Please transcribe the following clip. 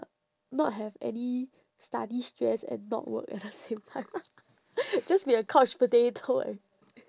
not have any study stress and not work at the same time just be a couch potato and